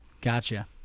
gotcha